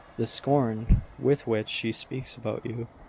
the scorn with which she speaks about you,